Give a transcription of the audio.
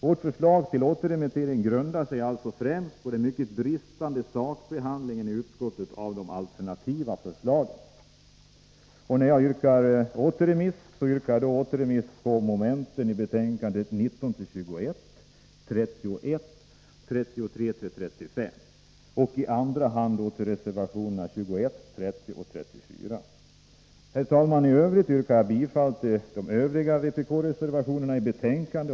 Vårt förslag till återremiss grundar sig alltså främst på den mycket bristfälliga sakbehandlingen i utskottet av de alternativa förslagen. När jag yrkar återremiss gör jag det avseende mom. 19-29, 31 och 33-35, och i andra hand yrkar jag bifall till reservationerna 21, 30 och 34. Herr talman! I övrigt yrkar jag bifall till de andra vpk-reservationerna i betänkandet.